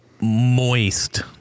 moist